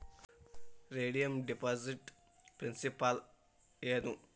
redeem deposit principal ಏನು